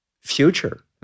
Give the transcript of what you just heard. future